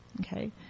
Okay